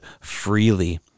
freely